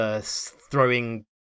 throwing